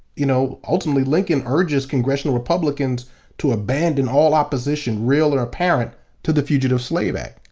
you know, ultimately l incoln urges congressional republicans to abandon all opposition, real or apparent' to the fugitive slave act.